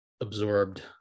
absorbed